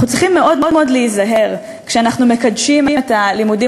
אנחנו צריכים להיזהר מאוד מאוד כשאנחנו מקדשים את הלימודים